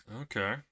Okay